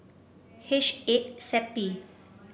H eight SEPY